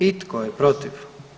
I tko je protiv?